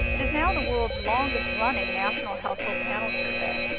it is now the worlds longest-running national household panel survey.